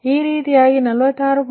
ಈ ರೀತಿಯಾದಾಗ 46